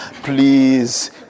please